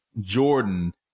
Jordan